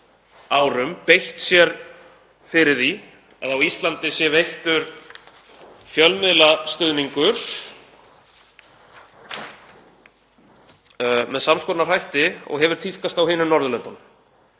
árum beitt sér fyrir því að á Íslandi sé veittur fjölmiðlastuðningur með sams konar hætti og hefur tíðkast á hinum Norðurlöndunum.